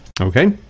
Okay